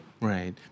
Right